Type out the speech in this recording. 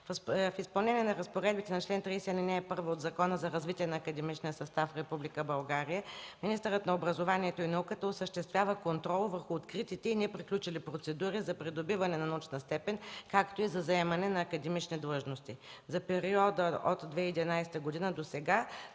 В изпълнение на разпоредбите на чл. 30, ал. 1 от Закона за развитие на академичния състав в Република България министърът на образованието и науката осъществява контрол върху откритите и неприключили процедури за придобиване на научна степен, както и за заемане на академични длъжности. За периода от 2011 г. досега